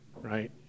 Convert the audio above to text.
right